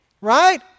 right